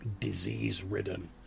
disease-ridden